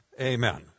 amen